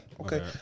okay